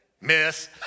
Miss